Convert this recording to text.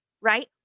right